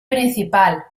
principal